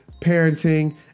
parenting